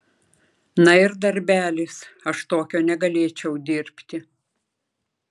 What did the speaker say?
na ir darbelis aš tokio negalėčiau dirbti